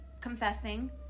confessing